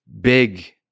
big